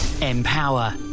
Empower